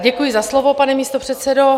Děkuji za slovo, pane místopředsedo.